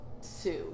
Sue